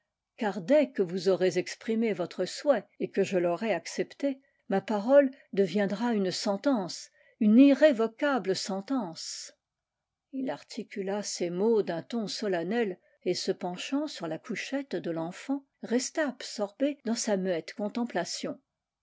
dès que vous aurez exprimé votre souhait et que je l'aurai accepté ma parole deviendra une sentence une irrévocable sentence il articula ces mots d'un ton solennel et se penchant sur la couchette de l'enfant resta absorbé dans sa muette contemplation